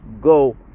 go